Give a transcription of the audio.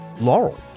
Laurel